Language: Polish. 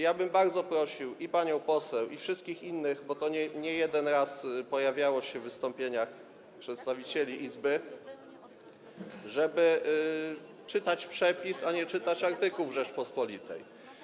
Ja bym bardzo prosił i panią poseł, i wszystkich innych, bo to niejeden raz pojawiało się w wystąpieniach przedstawicieli Izby, żeby czytać przepis, a nie czytać artykułów w „Rzeczpospolitej”